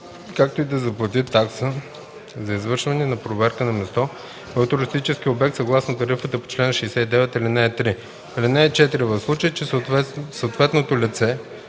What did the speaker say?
както и да заплати такса за извършване на проверка на място в туристическия обект съгласно тарифата по чл. 69, ал. 3. (4) В случай че съответното лице